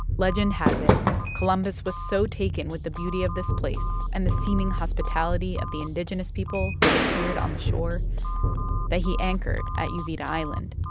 legend has it columbus was so taken with the beauty of this place and the seeming hospitality of the indigenous people who had appeared on the shore that he anchored at uvita island.